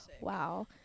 wow